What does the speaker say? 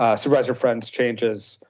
ah supervisor friend's changes,